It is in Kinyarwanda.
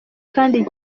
kandi